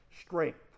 strength